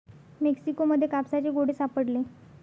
Mexico मध्ये कापसाचे गोळे सापडले